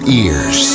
ears